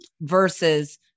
versus